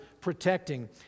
protecting